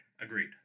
Agreed